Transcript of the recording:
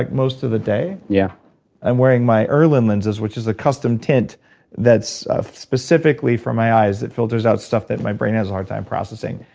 like most of the day yeah i'm wearing my irlen lenses, which is a custom tint that's specifically for my eyes that filters out stuff that my brain has a hard time processing.